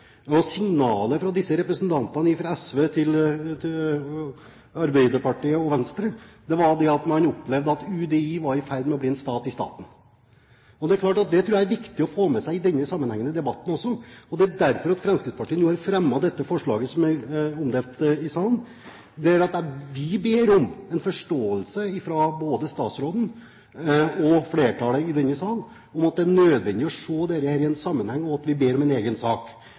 fra disse representantene – fra SV til Arbeiderpartiet og Venstre – var et man opplevde at UDI var i ferd med å bli en stat i staten. Jeg tror det er viktig å få med seg denne sammenhengen i debatten også, og det er derfor Fremskrittspartiet nå har fremmet det forslaget som er omdelt i salen. Vi ber om forståelse fra både statsråden og flertallet i denne sal om at det er nødvendig å se dette i sammenheng, og vi ber om en egen sak